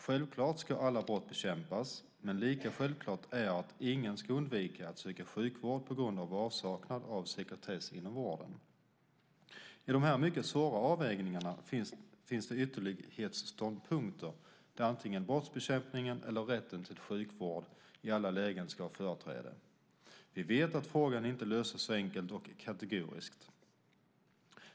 Självklart ska alla brott bekämpas, men lika självklart är att ingen ska undvika att söka sjukvård på grund av avsaknad av sekretess inom vården. I de här mycket svåra avvägningarna finns det ytterlighetsståndpunkter där antingen brottsbekämpningen eller rätten till sjukvård i alla lägen ska ha företräde. Vi vet att frågan inte löses så enkelt och kategoriskt.